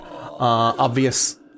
obvious